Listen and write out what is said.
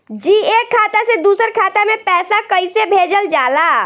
जी एक खाता से दूसर खाता में पैसा कइसे भेजल जाला?